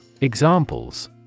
Examples